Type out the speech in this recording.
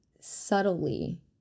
subtly